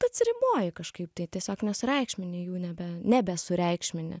atsiriboji kažkaip tai tiesiog nesureikšmini jų nebe nebesureikšmini